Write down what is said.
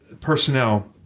personnel